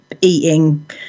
eating